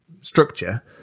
structure